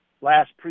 last